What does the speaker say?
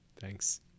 Thanks